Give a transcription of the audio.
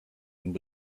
and